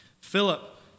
Philip